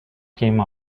came